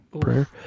prayer